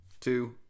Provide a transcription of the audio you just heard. two